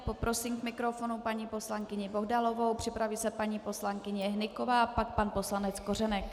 Poprosím k mikrofonu paní poslankyni Bohdalovou, připraví se paní poslankyně Hnyková, pak pan poslanec Kořenek.